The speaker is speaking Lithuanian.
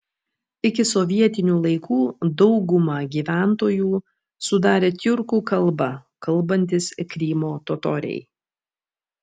iki sovietinių laikų daugumą gyventojų sudarė tiurkų kalba kalbantys krymo totoriai